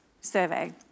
survey